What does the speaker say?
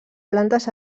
plantes